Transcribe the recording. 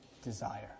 desire